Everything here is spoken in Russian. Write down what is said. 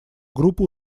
группу